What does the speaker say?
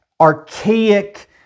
archaic